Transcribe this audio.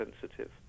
sensitive